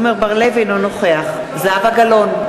אינו נוכח זהבה גלאון,